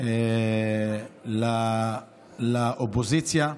של האופוזיציה.